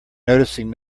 noticing